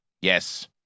Yes